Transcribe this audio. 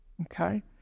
okay